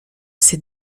ses